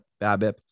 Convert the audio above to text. BABIP